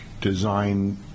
design